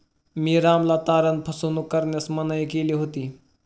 मी रामला तारण फसवणूक करण्यास मनाई केली होती